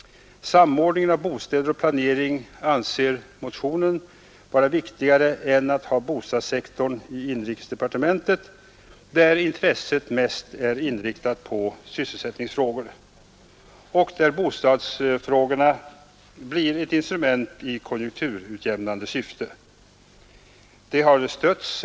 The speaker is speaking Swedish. Samordning av bostäder och planering anser motionärerna vara viktigt. Bostadssektorn ligger nu inom inrikesdepartementets arbetsområde, där intresset mest är inriktat på sysselsättningsfrågor och där bostadsfrågorna blir ett instrument i konjunkturutjämnande syfte.